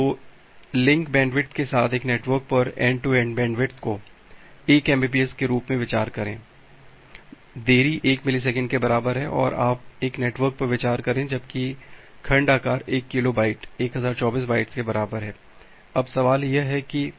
तो link bandwidth के साथ एक नेटवर्क पर एन्ड टू एन्ड बैंडविड्थ को 1 एमबीपीएस के रूप में विचार करें देरी 1 मिलीसेकंड के बराबर है और आप एक नेटवर्क पर विचार करें जबकि खंड आकार 1 किलो बाइट 1024 बाइट्स के बराबर है